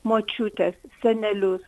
močiutes senelius